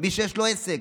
מי שיש לו עסק.